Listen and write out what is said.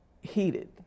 heated